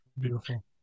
beautiful